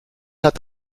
hat